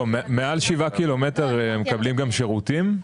מעל שבעה קילומטר מקבלים גם שירותים?